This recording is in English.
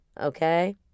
Okay